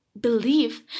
believe